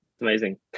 amazing